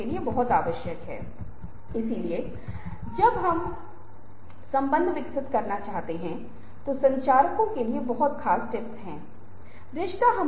आप देखते हैं कि इस तरह का उलटफेर कुछ ऐसा है जिसे हम कुछ हद तक अनुभव कर रहे हैं यहां तक कि आज भी जहां हमारे कुछ छात्र यहां तक कि आईआईटी प्रणाली में भी गेम खेलने के लिए इतनी बड़ी राशि खर्च करते हैं कि वे धीरे धीरे असल ज़िन्दगी से स्पर्श खो देते हैं